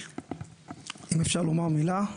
אפשר לומר מילה?